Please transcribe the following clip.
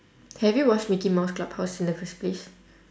have you watch mickey mouse clubhouse in the first place